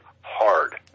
hard